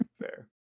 fair